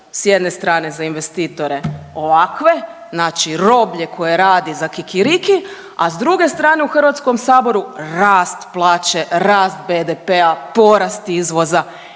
s jedne strane za investitore ovakve znači roblje koje radi za kikiriki, a s druge strane u HS-u rast plaće, rast BDP-a, porast izvoza